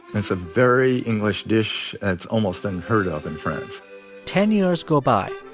it's a very english dish, and it's almost unheard of in france ten years go by,